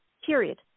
Period